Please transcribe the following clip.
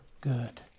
good